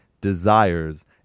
Desires